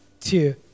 two